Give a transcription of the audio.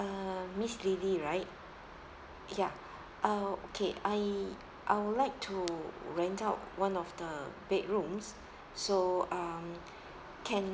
uh miss lily right ya uh okay I I would like to rent out one of the bedrooms so um can